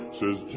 says